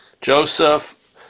Joseph